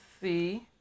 see